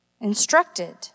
instructed